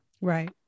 Right